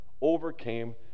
overcame